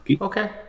Okay